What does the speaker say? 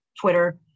Twitter